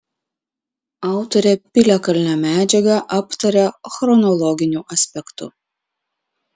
autorė piliakalnio medžiagą aptaria chronologiniu aspektu